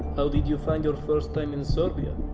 how did you find your first time in serbia?